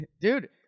Dude